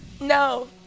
No